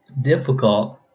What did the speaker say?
difficult